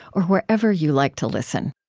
or wherever you like to listen